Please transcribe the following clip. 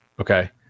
okay